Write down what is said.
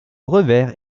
revers